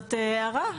זאת הערה.